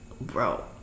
Bro